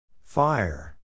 Fire